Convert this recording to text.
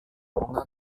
bunga